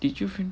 did you find